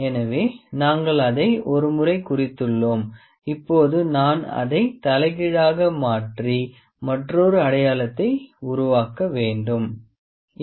எனவே நாங்கள் அதை ஒரு முறை குறித்துள்ளோம் இப்போது நான் அதை தலைகீழாக மாற்றி மற்றொரு அடையாளத்தை உருவாக்க முடியும்